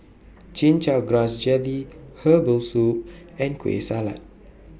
Chin Chow Grass Jelly Herbal Soup and Kueh Salat